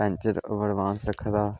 puncture advance रक्खे दा